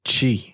Chi